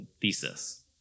thesis